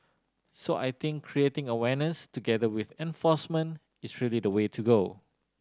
so I think creating awareness together with enforcement is really the way to go